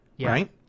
right